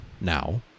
now